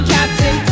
Captain